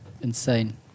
Insane